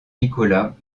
nicolas